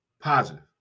Positive